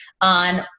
on